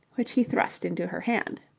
which he thrust into her hand.